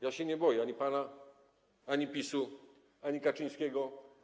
Ja się nie boję ani pana, ani PiS, ani Kaczyńskiego.